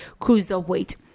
Cruiserweight